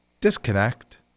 disconnect